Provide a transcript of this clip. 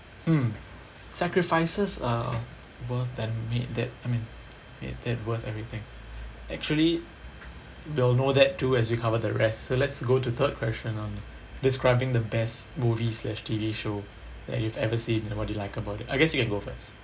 mm sacrifices uh worth that made I mean made that worth everything actually we'll know that too as we cover the rest so let's go to third question on describing the best movie slash T_V show that you have ever seen and what do you like about it I guess you can go first